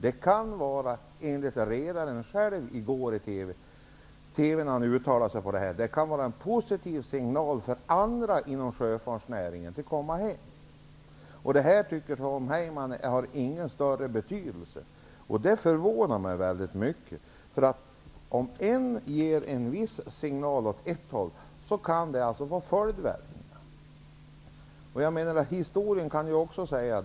Redaren uttalade sig själv i går i tv och sade att den kan utgöra en positiv signal för andra inom sjöfartsnäringen om att komma hem. Tom Heyman tycker inte att denna inflaggning har någon större betydelse, och det förvånar mig mycket. Om någon ger en signal åt ett håll, kan det få följdverkningar.